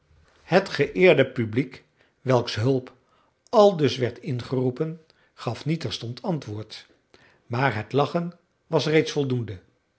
het geëerde publiek welks hulp aldus werd ingeroepen gaf niet terstond antwoord maar het lachen was reeds voldoende